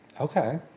Okay